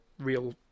real